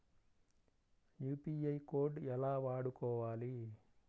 UPI code ఎలా వాడుకోవాలి?